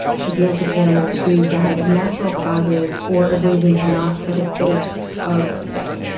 she deals with animals who died of natural causes, or of reasons not for the sake of stuffing.